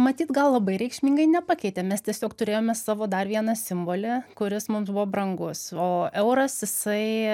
matyt gal labai reikšmingai nepakeitė mes tiesiog turėjome savo dar vieną simbolį kuris mums buvo brangus o euras jisai